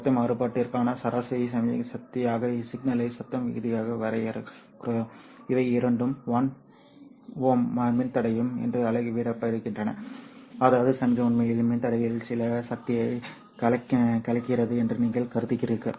சத்தம் மாறுபாட்டிற்கான சராசரி சமிக்ஞை சக்தியாக சிக்னலை சத்தம் விகிதமாக வரையறுக்கிறோம் இவை இரண்டும் 1Ω மின்தடையம் என்று அளவிடப்படுகின்றன அதாவது சமிக்ஞை உண்மையில் மின்தடையில் சில சக்தியைக் கலைக்கிறது என்று நீங்கள் கருதுகிறீர்கள்